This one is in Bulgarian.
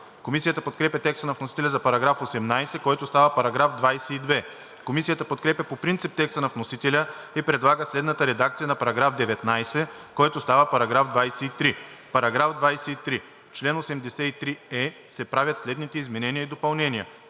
Комисията подкрепя текста на вносителя за § 18, който става § 22. Комисията подкрепя по принцип текста на вносителя и предлага следната редакция на § 19, който става § 23: „§ 23. В чл. 83е се правят следните изменения и допълнения: